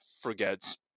forgets